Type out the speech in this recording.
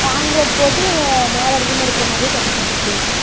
concrete போட்டு மேலே room எடுக்கிற மாதிரியே கட்டிக் கொடுத்திடுவிங்க